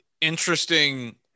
interesting